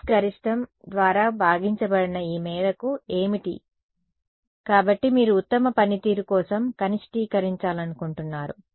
Fగరిష్టంగా ద్వారా భాగించబడిన ఈ మేరకు ఏమిటి కాబట్టి మీరు ఉత్తమ పనితీరు కోసం కనిష్టీకరించాలనుకుంటున్నారు